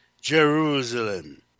Jerusalem